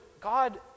God